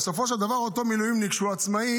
בסופו של דבר, אותו מילואימניק שהוא עצמאי,